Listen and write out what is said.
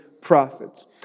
prophets